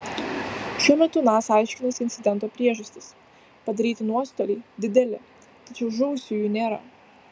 šiuo metu nasa aiškinasi incidento priežastis padaryti nuostoliai dideli tačiau žuvusiųjų nėra